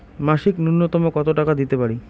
মাসিক নূন্যতম কত টাকা দিতে পারি?